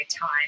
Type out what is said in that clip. time